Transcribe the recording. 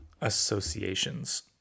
associations